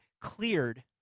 cleared